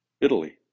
Italy